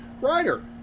writer